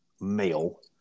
male